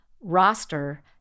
roster